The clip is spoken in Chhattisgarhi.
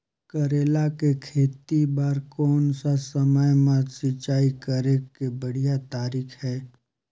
करेला के खेती बार कोन सा समय मां सिंचाई करे के बढ़िया तारीक हे?